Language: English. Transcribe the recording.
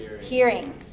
hearing